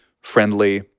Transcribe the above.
friendly